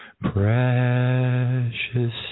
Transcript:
precious